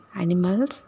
animals